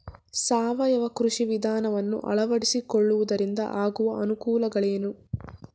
ಸಾವಯವ ಕೃಷಿ ವಿಧಾನವನ್ನು ಅಳವಡಿಸಿಕೊಳ್ಳುವುದರಿಂದ ಆಗುವ ಅನುಕೂಲಗಳೇನು?